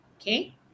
Okay